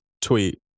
tweet